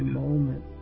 moment